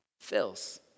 fills